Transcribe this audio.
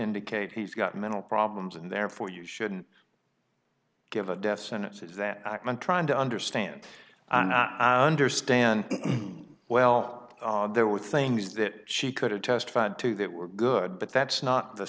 indicate he's got mental problems and therefore you shouldn't give a death sentence is that ackman trying to understand and understand well there were things that she could have testified to that were good but that's not the